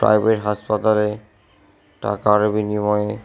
private হাসপাতালে টাকার বিনিময়ে